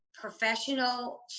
professional